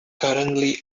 currently